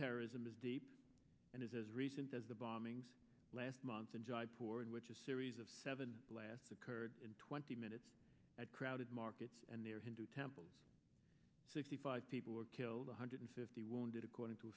terrorism is deep and is as recent as the bombings last month in july poor in which a series of seven blasts occurred in twenty minutes at crowded markets and there hindu temple sixty five people were killed one hundred fifty wounded according to